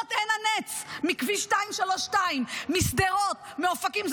מצלמות עין הנץ מכביש 232 משדרות, מאופקים.